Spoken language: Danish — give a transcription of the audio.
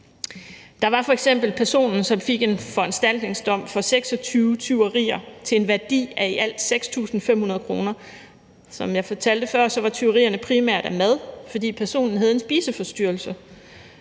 Der var f.eks. personen, som fik en foranstaltningsdom for 26 tyverier til en værdi af i alt 6.500 kr. Som jeg fortalte før, var tyverierne primært af mad, fordi personen havde en spiseforstyrrelse.